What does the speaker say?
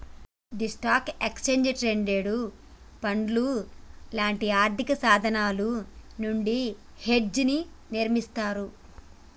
గీ స్టాక్లు, exchange traded పండ్లు లాంటి ఆర్థిక సాధనాలు నుండి హెడ్జ్ ని నిర్మిస్తారు